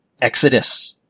Exodus